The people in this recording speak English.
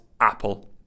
Apple